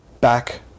back